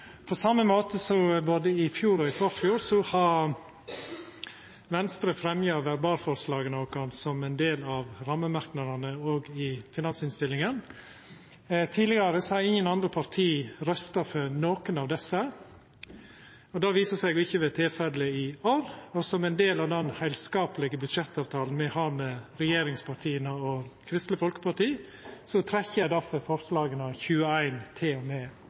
På same måten som både i fjor og i forfjor har me i Venstre fremja verbalforslaga våre som ein del av rammemerknadene òg i finansinnstillinga. Tidlegare har ingen andre parti røysta for nokon av desse. Det viser seg ikkje å vera tilfellet i år, og som ein del av den heilskaplege budsjettavtalen me har med regjeringspartia og Kristeleg Folkeparti, trekkjer eg derfor forslaga nr. 21–34. Forslagene som representanten Terje Breivik har referert til,